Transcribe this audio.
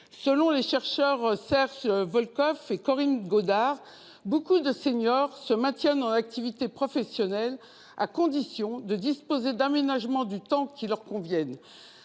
selon les chercheurs Serge Volkoff et Corinne Gaudart, nombre de seniors se maintiennent en activité professionnelle à condition de disposer d'un aménagement du temps de travail qui leur convient.